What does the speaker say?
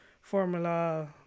Formula